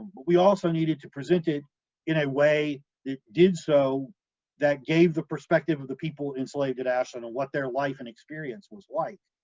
we also needed to present it in a way that did so that gave the perspective of the people enslaved at ashland and what their life and experience was like.